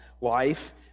life